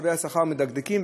חשבי השכר מדקדקים,